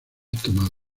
tomada